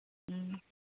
ꯎꯝ